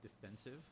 defensive